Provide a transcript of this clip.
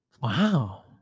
Wow